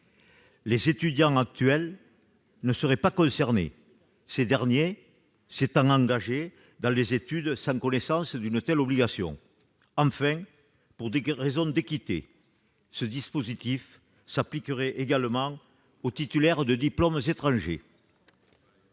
Les étudiants actuels ne seraient pas concernés, car ils se sont engagés dans les études sans avoir connaissance d'une telle obligation. Enfin, pour des raisons d'équité, ce dispositif s'appliquerait également aux titulaires de diplômes étrangers.